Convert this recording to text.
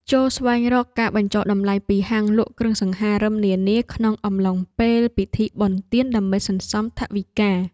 ចូរស្វែងរកការបញ្ចុះតម្លៃពីហាងលក់គ្រឿងសង្ហារិមនានាក្នុងអំឡុងពេលពិធីបុណ្យទានដើម្បីសន្សំថវិកា។